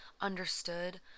understood